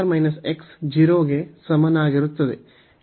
ಮೊದಲು 0 ಗೆ ಸಮನಾಗಿರುತ್ತದೆ